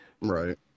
right